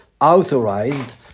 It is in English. authorized